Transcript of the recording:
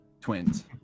Twins